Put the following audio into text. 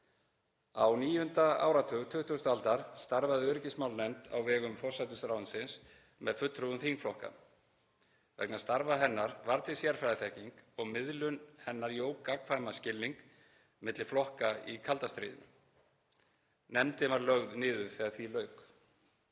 áratug 20. aldar starfaði öryggismálanefnd á vegum forsætisráðuneytisins með fulltrúum þingflokka. Vegna starfa hennar varð til sérfræðiþekking og miðlun hennar jók gagnkvæman skilning milli flokka í kalda stríðinu. Nefndin var lögð niður þegar því lauk.